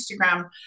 Instagram